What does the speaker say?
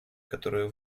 которую